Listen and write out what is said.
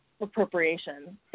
appropriation